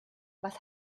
was